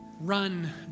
run